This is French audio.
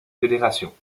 fédération